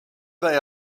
they